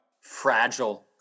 fragile